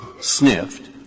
sniffed